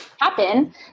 happen